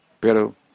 Pero